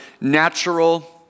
natural